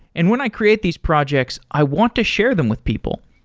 and when i create these projects, i want to share them with people.